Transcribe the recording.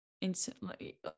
instantly